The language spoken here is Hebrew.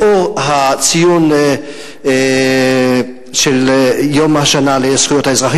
לאור הציון של יום השנה הבין-לאומי לזכויות האזרח,